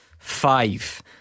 Five